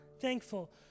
thankful